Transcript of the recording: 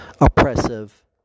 oppressive